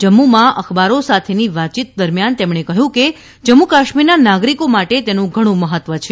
જમ્મુમાં અખબારો સાથેની વાતયીત દરમિયાન તેમણે કહ્યું કે જમ્મુકાશ્મીરના નાગરિકો માટે તેનું ઘણું મહત્વ છે